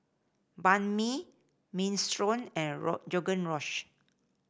Banh Mi Minestrone and